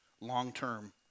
long-term